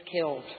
killed